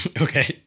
Okay